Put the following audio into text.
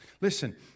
Listen